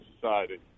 society